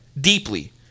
deeply